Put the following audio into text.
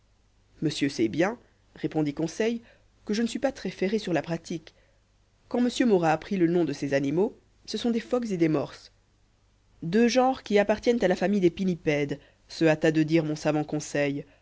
monsieur sait bien répondit conseil que je ne suis pas très ferré sur la pratique quand monsieur m'aura appris le nom de ces animaux ce sont des phoques et des morses deux genres qui appartiennent à la famille des pinnipèdes se hâta de dire mon savant conseil